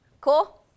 cool